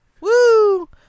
Woo